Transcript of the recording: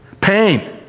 Pain